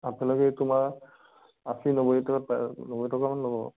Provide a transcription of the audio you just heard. আপেলৰ কেজি তোমাৰ আশী নব্বৈ টকাত পায় নব্বৈ টকা মান ল'ব